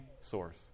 source